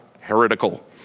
heretical